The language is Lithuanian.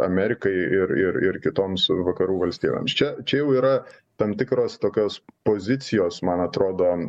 amerikai ir ir ir kitoms vakarų valstybėms čia čia jau yra tam tikros tokios pozicijos man atrodo